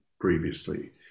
previously